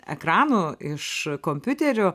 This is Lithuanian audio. ekranų iš kompiuterių